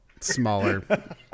smaller